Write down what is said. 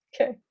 Okay